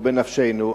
הוא בנפשנו,